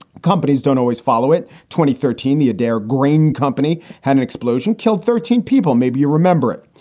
companies don't always follow it. twenty thirteen. the adare grain company had an explosion, killed thirteen people. maybe you remember it.